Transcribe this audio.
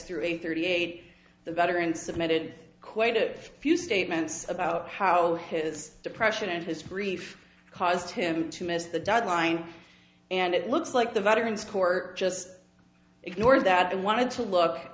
three thirty eight the veteran submitted quite a few statements about how his depression and his brief caused him to miss the deadline and it looks like the veterans court just ignored that and wanted to look